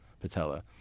patella